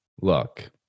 look